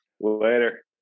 Later